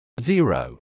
zero